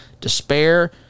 despair